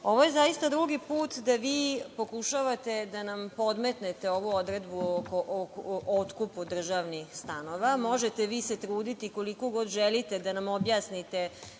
je zaista drugi put da vi pokušavate da nam podmetnete ovu odredbu o otkupu državnih stanova. Možete se vi truditi koliko god želite da nam objasnite